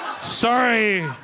Sorry